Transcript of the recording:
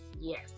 yes